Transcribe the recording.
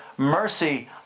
mercy